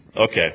Okay